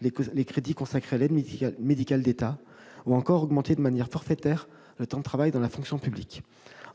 les crédits consacrés à l'aide médicale de l'État ou a encore augmenté de manière forfaitaire le temps de travail dans la fonction publique :